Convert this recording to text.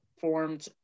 formed